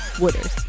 Wooders